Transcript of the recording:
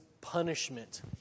punishment